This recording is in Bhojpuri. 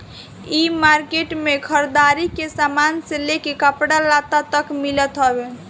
इ मार्किट में घरदारी के सामान से लेके कपड़ा लत्ता तक मिलत हवे